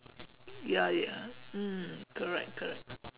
ya ya mm correct correct